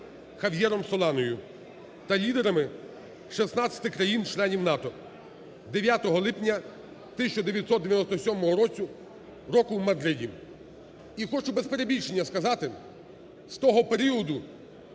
Хав'єром Соланою та лідерами 16 країн-членів НАТО 9 липня 1997 року в Мадриді. І хочу, без перебільшення, сказати, з того періоду